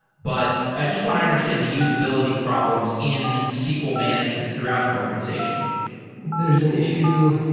but i just want to understand the usability problems in sql management throughout an organization there's an issue.